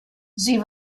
sie